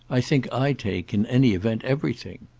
i think i take, in any event, everything.